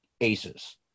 aces